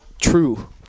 true